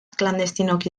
klandestinoki